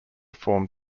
form